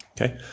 Okay